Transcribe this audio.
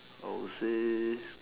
I would say